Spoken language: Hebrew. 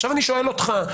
עכשיו אני שואל אותך.